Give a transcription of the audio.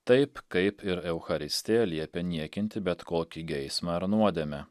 taip kaip ir eucharistija liepia niekinti bet kokį geismą ar nuodėmę